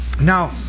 Now